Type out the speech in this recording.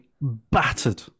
battered